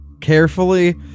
carefully